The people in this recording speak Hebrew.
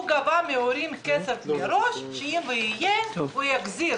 הוא גבה מההורים כסף מראש ואם יהיה בית ספר של החגים הוא יחזיר.